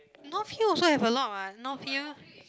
North here also have a lot what North here